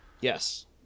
Yes